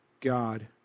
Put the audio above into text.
God